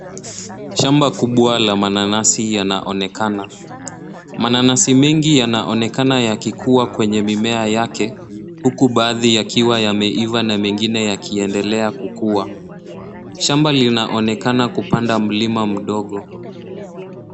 Shamba kubwa la mananasi yanaonekana. Mananasi mengi yanaonekana yakikua kwenye mimea yake huku baadhi yakiwa yameiva na mengine yakiendelea kukua. Shamba linaonekana kupanda mlima mdogo.